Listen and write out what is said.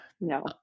no